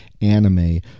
anime